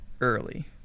early